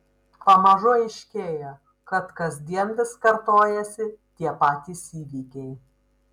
pamažu aiškėja kad kasdien vis kartojasi tie patys įvykiai